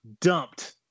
dumped